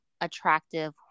attractive